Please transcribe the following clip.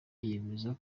yemeza